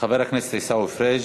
חבר הכנסת עיסאווי פריג'.